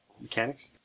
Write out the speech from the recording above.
Mechanics